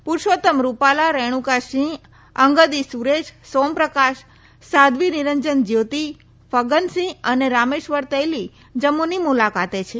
પુરુષોત્તમ રૂપાલા રોગુકા સિંહ અંગદી સુરેશ સોમપ્રકાશ સાધ્વી નિરંજન જ્યોતિ ફગ્ગન સિંહ આજે રામેશ્વર તેલી જમ્મુ ની મુલાકાતે છે